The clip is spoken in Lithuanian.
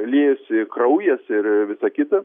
liejosi kraujas ir visa kita